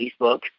Facebook